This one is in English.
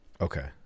Okay